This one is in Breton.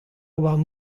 warn